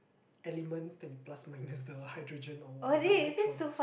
elements then plus minus the hydrogen or whatever electrons